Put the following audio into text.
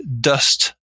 dust